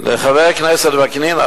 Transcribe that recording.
וחבר הכנסת וקנין,